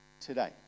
today